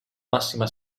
massima